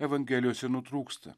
evangelijose nutrūksta